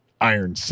iron